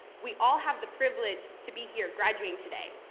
we all have the privilege to be here graduating today.